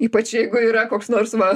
ypač jeigu yra koks nors va